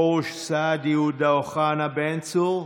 פרוש, סעדי, עודה, אוחנה, בן צור,